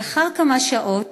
לאחר כמה שעות